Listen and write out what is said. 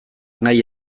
nahi